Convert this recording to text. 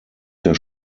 der